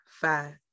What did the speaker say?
five